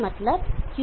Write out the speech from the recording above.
मतलब QcE